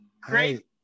Great